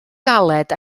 galed